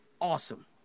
awesome